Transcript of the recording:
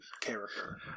character